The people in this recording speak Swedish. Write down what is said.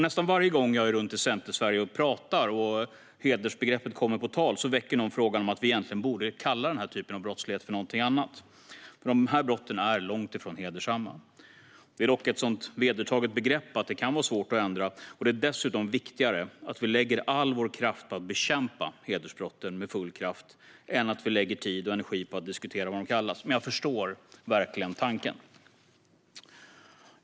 Nästan varje gång jag är runt i Centersverige och talar och hedersbegreppet kommer på tal väcker någon frågan om att vi egentligen borde kalla den här typen av brottslighet för någonting annat, för de här brotten är långt ifrån hedersamma. Det är dock ett sådant vedertaget begrepp att det kan vara svårt att ändra. Det är dessutom viktigare att vi lägger all vår kraft på att bekämpa hedersbrotten än att vi lägger tid och energi på att diskutera vad de kallas. Men jag förstår verkligen tanken.